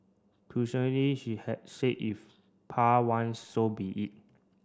crucially she had said if Pa want so be it